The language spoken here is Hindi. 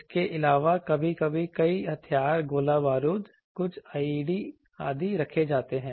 इसके अलावा कभी कभी कई हथियार गोला बारूद कुछ IED आदि रखे जाते हैं